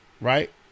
right